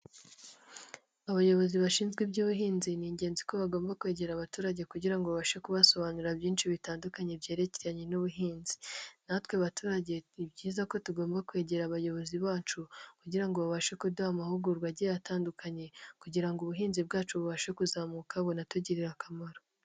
Abayobozi bashinzwe iby'ubuhinzi n'ingenzi ko bagomba kwegera abaturage kugira ngo babashe kubasobanurira byinshi bitandukanye byerekeranye n'ubuhinzi, natwe abaturage ni byiza ko tugomba kwegera abayobozi bacu kugira babashe kuduha amahugurwa agiye atandukanye kugira ngo ubuhinzi bwacu bubashe kuzamuka bunatugirire akamaro.